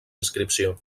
inscripció